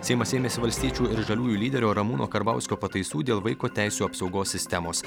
seimas ėmėsi valstiečių ir žaliųjų lyderio ramūno karbauskio pataisų dėl vaiko teisių apsaugos sistemos